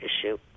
issue